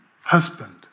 husband